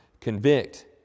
convict